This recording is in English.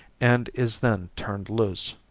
and is then turned loose.